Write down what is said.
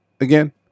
Again